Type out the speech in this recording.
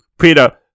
Peter